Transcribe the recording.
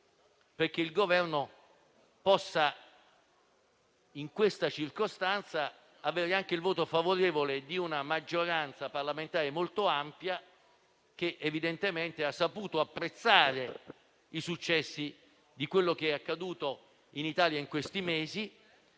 per il Governo di ottenere, in questa circostanza, il voto favorevole di una maggioranza parlamentare molto ampia, che evidentemente ha saputo apprezzare i successi di quanto accaduto in Italia in questi mesi,